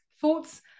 thoughts